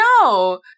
No